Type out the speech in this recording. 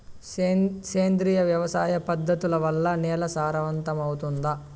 సేంద్రియ వ్యవసాయ పద్ధతుల వల్ల, నేల సారవంతమౌతుందా?